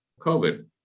COVID